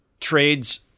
trades